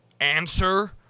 answer